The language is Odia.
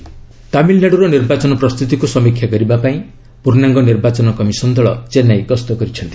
ଇସି ତାମିଲନାଡ଼ୁ ତାମିଲନାଡୁର ନିର୍ବାଚନ ପ୍ରସ୍ତୁତିକୁ ସମୀକ୍ଷା କରିବା ପାଇଁ ପୂର୍ଣ୍ଣାଙ୍ଗ ନିର୍ବାଚନ କମିଶନ୍ ଦଳ ଚେନ୍ନାଇ ଗସ୍ତ କରିଛନ୍ତି